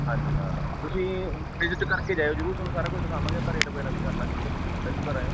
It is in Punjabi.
ਹਾਂਜੀ ਹਾਂ ਤੁਸੀਂ ਵਿਜ਼ਿਟ ਕਰ ਕੇ ਜਾਇਓ ਜ਼ਰੂਰ ਤੁਹਾਨੂੰ ਸਾਰਾ ਕੁਝ ਦਿਖਾਵਾਂਗੇ ਆਪਾਂ ਰੇਟ ਵਗੈਰਾ ਵੀ ਕਰ ਲਾਂਗੇ ਚਲੋ ਤੁਸੀਂ ਪਹਿਲੀ ਵਾਰ ਆਏ ਹੋ